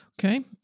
Okay